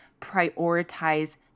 prioritize